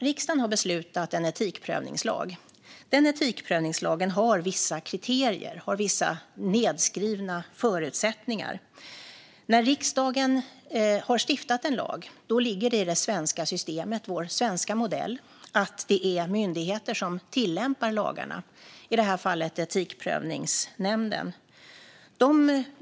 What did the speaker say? Riksdagen har beslutat om en etikprövningslag. Den etikprövningslagen har vissa kriterier, vissa nedskrivna förutsättningar. När riksdagen har stiftat en lag ligger det i det svenska systemet, vår svenska modell, att det är myndigheter som tillämpar lagen, i det här fallet Etikprövningsnämnden.